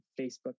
Facebook